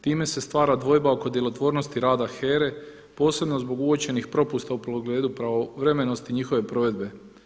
Time se stvara dvojba oko djelotvornosti rada HERA-e posebno zbog uočenih propusta u pogledu pravovremenosti njihove provedbe.